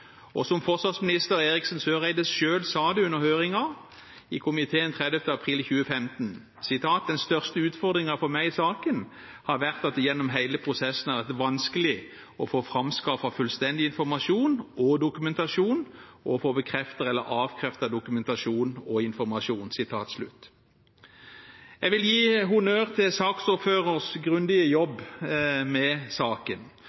Og som forsvarsminister Eriksen Søreide selv sa under høringen i komiteen den 30. april 2015: «Den største utfordringen for meg i saken har vært at det gjennom hele prosessen har vært vanskelig å få framskaffet fullstendig informasjon og dokumentasjon og å få bekreftet eller avkreftet dokumentasjon og informasjon.» Jeg vil gi honnør til saksordføreren for en grundig jobb med saken,